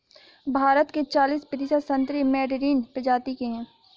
भारत के चालिस प्रतिशत संतरे मैडरीन प्रजाति के हैं